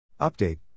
Update